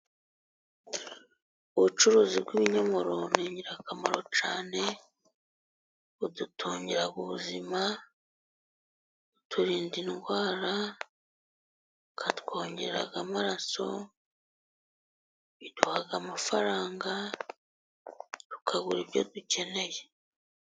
Ubucuruzi bw'ibinyomoro ni ingirakamaro cyane, budutungira ubuzima, buturinda indwara, bukatwongerera amaraso, buduha amafaranga tukabona ibyo dukeneye.